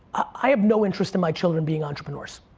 i have no interest in my children being entrepreneurs.